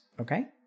okay